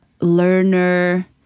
learner